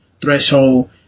threshold